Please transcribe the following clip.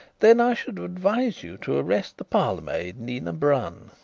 then i should advise you to arrest the parlourmaid, nina brun,